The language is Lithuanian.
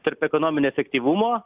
tarp ekonominio efektyvumo